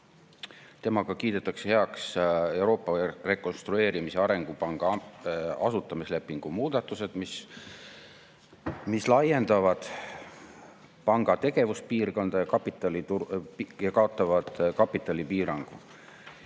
et kiidetakse heaks Euroopa Rekonstruktsiooni- ja Arengupanga asutamislepingu muudatused, mis laiendavad panga tegevuspiirkonda ja kaotavad kapitalipiirangu.